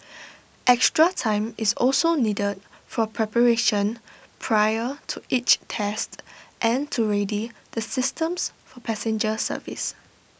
extra time is also needed for preparation prior to each test and to ready the systems for passenger service